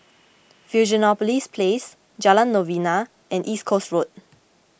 Fusionopolis Place Jalan Novena and East Coast Road